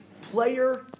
player